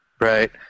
right